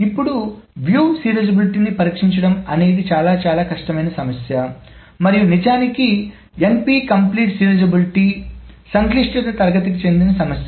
ఇప్పుడు వీక్షణ సీరియలైజబిలిటీ నీ పరీక్షించటం అనేది చాలా చాలా కష్టమైన సమస్య మరియు నిజానికి NP కంప్లీట్ సీరియలైజబిలిటీ సంక్లిష్టత తరగతి చెందిన సమస్య